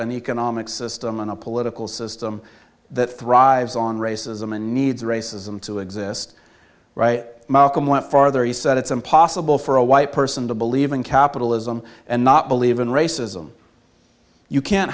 an economic system and a political system that thrives on racism and needs racism to exist malcolm went farther he said it's impossible for a white person to believe in capitalism and not believe in racism you can't